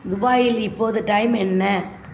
துபாயில் இப்போது டைம் என்ன